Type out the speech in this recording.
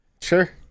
Sure